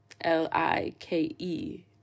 L-I-K-E